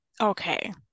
Okay